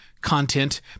content